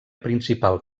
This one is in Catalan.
principal